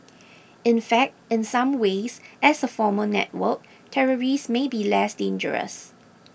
in fact in some ways as a formal network terrorists may be less dangerous